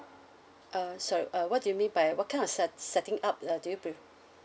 uh sorry uh what do you mean by what kind of set~ setting up uh do you prefer